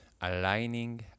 aligning